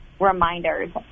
reminders